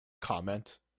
comment